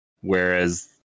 whereas